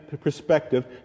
perspective